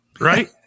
right